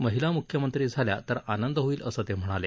महिला मुख्यमंत्री झाल्या तर आनंद होईल असं ते म्हणाले